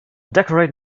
decorate